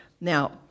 Now